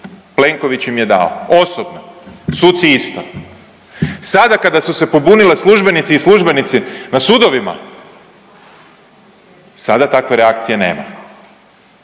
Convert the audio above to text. Plenković im je dao, osobno, suci isto, sada kada su se pobunile službenice i službenici na sudovima sada takve reakcije nema